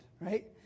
right